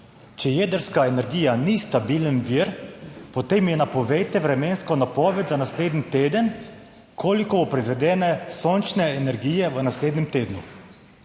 Če jedrska energija ni stabilen vir, potem je(?) napovejte vremensko napoved za naslednji teden, koliko bo proizvedene sončne energije v naslednjem tednu,